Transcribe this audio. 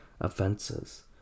offenses